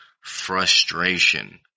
frustration